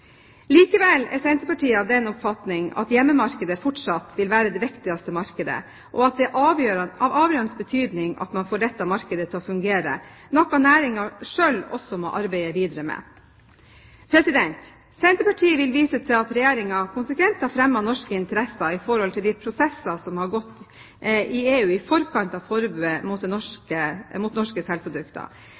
Likevel er Senterpartiet av den oppfatning at hjemmemarkedet fortsatt vil være det viktigste markedet, og at det er av avgjørende betydning at man får dette markedet til å fungere, noe næringen selv også må arbeide videre med. Senterpartiet vil vise til at Regjeringen konsekvent har fremmet norske interesser i forhold til de prosesser som har gått i EU i forkant av forbudet mot norske